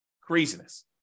Craziness